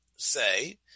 Say